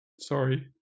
sorry